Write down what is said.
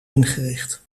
ingericht